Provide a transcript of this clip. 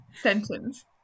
sentence